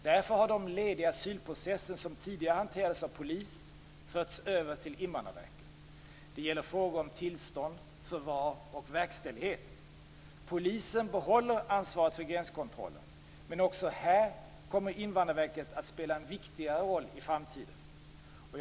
Därför har de led i asylprocessen som tidigare hanterades av polis förts över till Invandrarverket. Det gäller frågor om tillstånd, förvar och verkställighet. Polisen behåller ansvaret för gränskontrollen, men också här kommer Invandrarverket att spela en viktigare roll i framtiden.